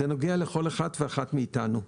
זה נוגע לכל אחד ואחת מאתנו.